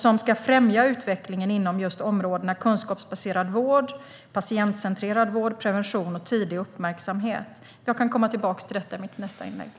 Den ska främja utvecklingen inom områdena kunskapsbaserad vård, patientcentrerad vård, prevention och tidig uppmärksamhet. Jag kan komma tillbaka till detta i mitt nästa inlägg.